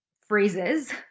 phrases